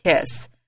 kiss